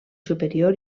superior